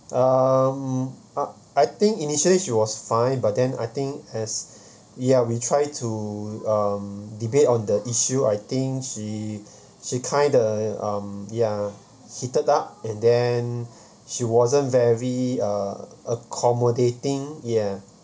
um uh I think initially she was fine but then I think as ya we try to um debate on the issue I think she she kinda um ya heated up and then she wasn't very uh accommodating ya